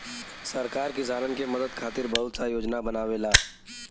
सरकार किसानन के मदद खातिर बहुत सा योजना बनावेला